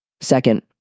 Second